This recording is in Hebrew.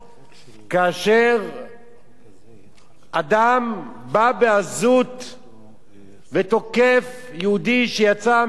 כאשר אדם בא בעזות ותוקף יהודי שיצא מהתפילה,